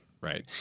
Right